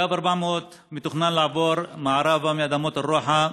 קו 400 מתוכנן לעבור מערבה מאדמות אל-רוחה,